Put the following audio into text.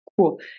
cool